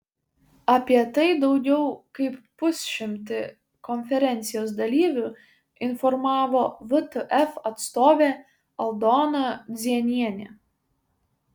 apie tai daugiau kaip pusšimtį konferencijos dalyvių informavo vtf atstovė aldona dzienienė